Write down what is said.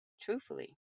Truthfully